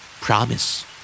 Promise